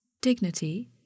Dignity